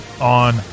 on